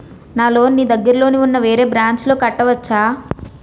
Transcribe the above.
నా లోన్ నీ దగ్గర్లోని ఉన్న వేరే బ్రాంచ్ లో కట్టవచా?